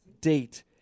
date